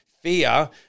fear